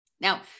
Now